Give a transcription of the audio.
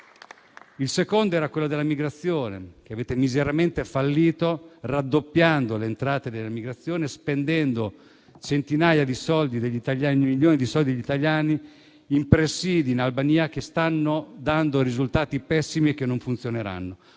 Il secondo era quello dell'immigrazione, che avete miseramente fallito, raddoppiando le entrate dell'immigrazione e spendendo milioni di soldi degli italiani in presidi in Albania, che stanno dando risultati pessimi e che non funzioneranno.